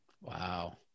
Wow